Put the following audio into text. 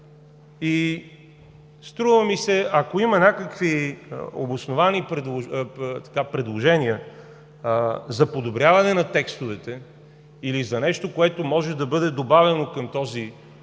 Струва ми се, ако има някакви обосновани предложения за подобряване на текстовете или за нещо, което може да бъде добавено към този